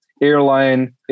airline